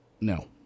No